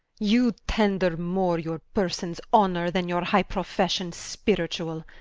you tender more your persons honor, then your high profession spirituall.